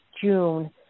June